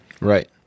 Right